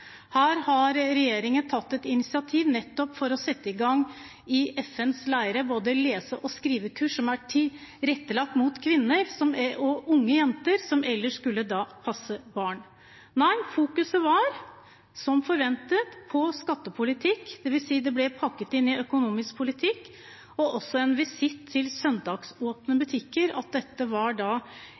Her har regjeringen tatt et initiativ i FNs leirer til å sette i gang både lese- og skrivekurs, som er tilrettelagt for kvinner og unge jenter som ellers skulle ha passet barn. – Nei, fokuset var, som forventet, på skattepolitikk, det vil si at det ble pakket inn i økonomisk politikk, og det var også en visitt til søndagsåpne butikker, at det ikke var likestillingsfremmende. Vel, da